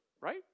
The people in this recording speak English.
right